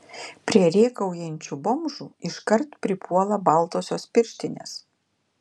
prie rėkaujančių bomžų iškart pripuola baltosios pirštinės